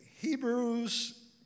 Hebrews